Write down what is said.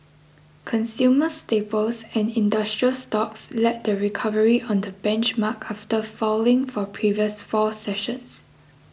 consumer staples and industrial stocks led the recovery on the benchmark after falling for previous four sessions